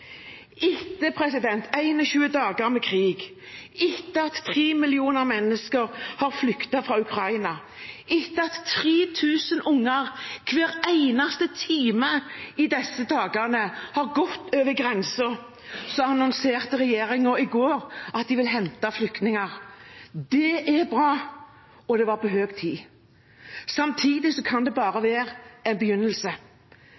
dager med krig, etter at 3 millioner mennesker har flyktet fra Ukraina, etter at 3 000 unger hver eneste time disse dagene har gått over grensen, annonserte regjeringen i går at den vil hente flyktninger. Det er bra, og det var på høy tid. Samtidig kan det